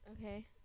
Okay